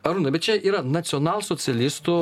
arūnai bet čia yra nacionalsocialistų